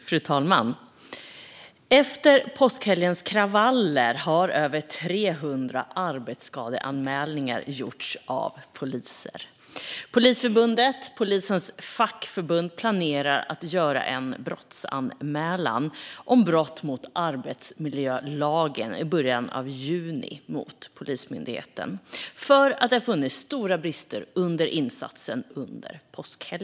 Fru talman! Efter påskhelgens kravaller har över 300 arbetsskadeanmälningar gjorts av poliser. Polisförbundet, polisens fackförbund, planerar att göra en brottsanmälan om brott mot arbetsmiljölagen i början av juni mot Polismyndigheten för att det fanns stora brister under insatsen under påskhelgen.